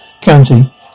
County